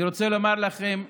אני רוצה לומר לכם,